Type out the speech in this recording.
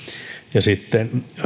ja